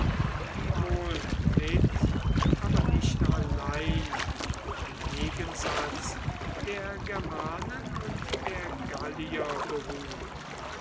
die wohl mit aber nicht allein auf dem gegensatz der germanen und der gallier beruht